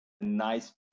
nice